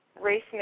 race